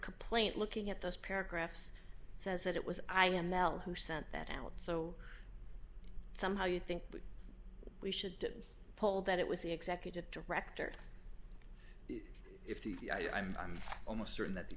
complaint looking at those paragraphs says that it was i am mel who sent that out so somehow you think we should pull that it was the executive director if the i'm almost certain that the